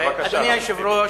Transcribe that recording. אדוני היושב-ראש,